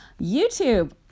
youtube